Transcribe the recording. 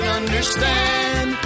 understand